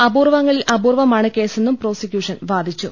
അപൂർവങ്ങളിൽ അപൂർവമാണ് കേസെന്നും പ്രോസിക്യൂഷന് വാദിച്ചു